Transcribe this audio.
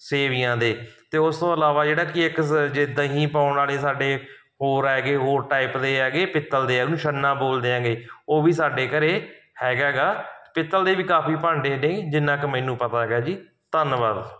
ਸੇਵੀਆਂ ਦੇ ਅਤੇ ਉਸ ਤੋਂ ਇਲਾਵਾ ਜਿਹੜਾ ਕੀ ਇੱਕ ਜ਼ ਜੇ ਦਹੀਂ ਪਾਉਣ ਵਾਲੇ ਸਾਡੇ ਹੋਰ ਹੈਗੇ ਹੋਰ ਟਾਈਪ ਦੇ ਹੈਗੇ ਪਿੱਤਲ ਦੇ ਹੈ ਉਹਨੂੰ ਛੰਨਾ ਬੋਲਦੇ ਹੈਗੇ ਉਹ ਵੀ ਸਾਡੇ ਘਰ ਹੈਗਾ ਗਾ ਪਿੱਤਲ ਦੇ ਵੀ ਕਾਫ਼ੀ ਭਾਂਡੇ ਨੇ ਜਿੰਨਾ ਕੁ ਮੈਨੂੰ ਪਤਾ ਗਾ ਜੀ ਧੰਨਵਾਦ